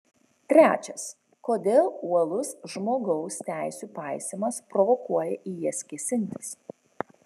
trečias kodėl uolus žmogaus teisių paisymas provokuoja į jas kėsintis